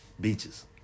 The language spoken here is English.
beaches